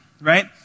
right